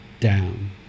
Down